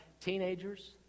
Teenagers